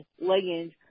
leggings